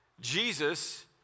Jesus